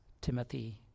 Timothy